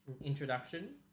introduction